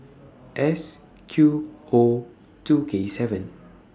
S Q O two K seven